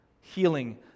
healing